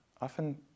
often